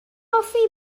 hoffi